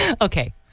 Okay